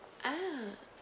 ah